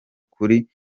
kuri